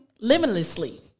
limitlessly